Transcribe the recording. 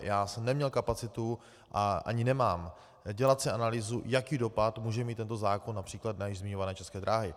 Já jsem neměl kapacitu a ani nemám dělat si analýzu, jaký dopad může mít tento zákon například na již zmiňované České dráhy.